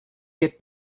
get